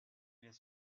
his